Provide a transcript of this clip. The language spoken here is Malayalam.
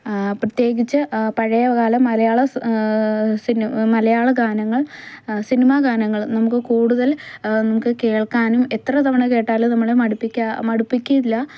പ്രത്യേകിച്ച് പഴയകാല മലയാള സിനി മലയാള ഗാനങ്ങൾ സിനിമ ഗാനങ്ങൾ നമുക്ക് കൂടുതൽ നമുക്ക് കേൾക്കാനും എത്ര തവണ കേട്ടാലും നമ്മളെ മടുപ്പിക്കാ മടുപ്പിക്കില്ല